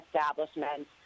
establishment